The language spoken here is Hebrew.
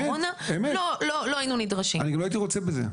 אני גם לא הייתי רוצה בזה.